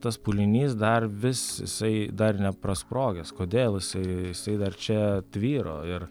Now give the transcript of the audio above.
tas pūlinys dar vis jisai dar neprasprogęs kodėl jisai jisai dar čia tvyro ir